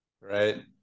right